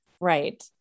right